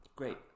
Great